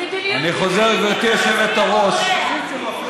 אני חוזר, גברתי היושבת-ראש,